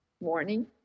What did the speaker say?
morning